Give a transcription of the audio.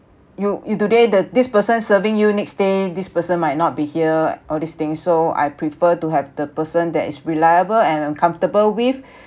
you you today the this person serving you next day this person might not be here all this thing so I prefer to have the person that is reliable and I'm comfortable with